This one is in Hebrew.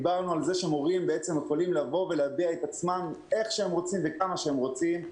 דיברנו על זה שמורים יכולים להביע את עצמם איך שרוצים וכמה שהם רוצים.